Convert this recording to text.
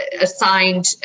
assigned